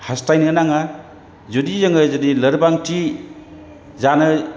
हास्थायनो नाङा जुदि जोङो लोरबांथि जानो